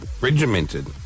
regimented